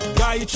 guy